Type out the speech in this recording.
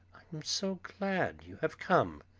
am so glad you have come!